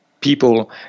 people